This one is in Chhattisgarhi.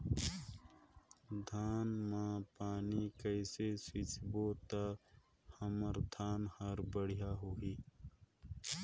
धान मा पानी कइसे सिंचबो ता हमर धन हर बढ़िया होही?